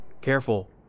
Careful